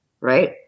Right